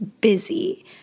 busy